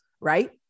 right